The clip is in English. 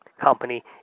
company